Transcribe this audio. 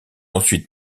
ensuite